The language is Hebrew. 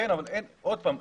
כן, אבל, עוד פעם,